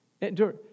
Endure